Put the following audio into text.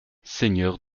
seigneur